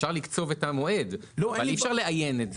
אפשר לקצוב את המועד אבל אי אפשר לאיין את זה.